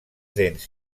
dents